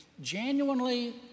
genuinely